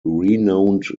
renowned